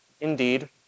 indeed